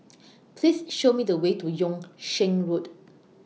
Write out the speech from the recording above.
Please Show Me The Way to Yung Sheng Road